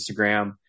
Instagram